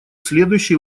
следующий